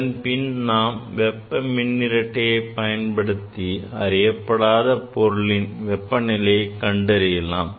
அதன்பின் நாம் வெப்ப மின் இரட்டையைப் பயன்படுத்தி அறியப்படாத பொருளின் வெப்ப நிலையைக் கண்டறியலாம்